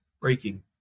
breaking